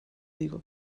legal